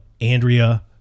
andrea